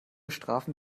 strafen